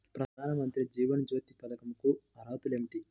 ప్రధాన మంత్రి జీవన జ్యోతి పథకంకు అర్హతలు ఏమిటి?